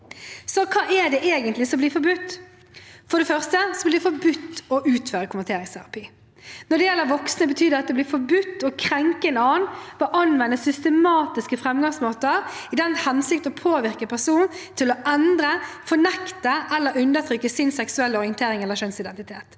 Hva er det egentlig som blir forbudt? For det første blir det forbudt å utføre konverteringsterapi. Når det gjelder voksne, betyr det at det blir forbudt å krenke en annen ved å anvende systematiske fremgangsmåter i den hensikt å påvirke personen til å endre, fornekte eller undertrykke sin seksuelle orientering eller kjønnsidentitet.